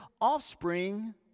offspring